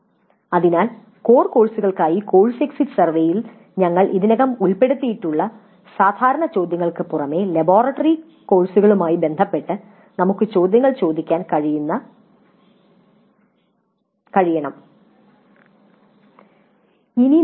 " അതിനാൽ കോർ കോഴ്സുകൾക്കായി course exit സർവേയിൽ ഞങ്ങൾ ഇതിനകം ഉൾപ്പെടുത്തിയിട്ടുള്ള സാധാരണ ചോദ്യങ്ങൾക്ക് പുറമേ ലബോറട്ടറി കോഴ്സുകളുമായി ബന്ധപ്പെട്ട് നമുക്ക് ചോദിക്കാൻ കഴിയുന്ന ചില ചോദ്യങ്ങൾ ഇവയാണ്